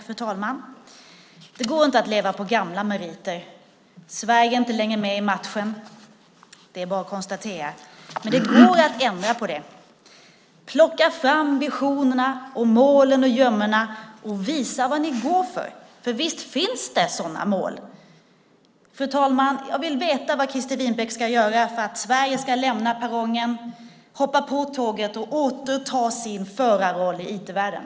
Fru talman! Det går inte att leva på gamla meriter. Sverige är inte längre med i matchen; det är bara att konstatera. Men det går att ändra på detta. Plocka fram visionerna och målen ur gömmorna och visa vad ni går för, för visst finns det sådana mål! Fru talman! Jag vill veta vad Christer Winbäck ska göra för att Sverige ska lämna perrongen, hoppa på tåget och återta sin förarroll i IT-världen.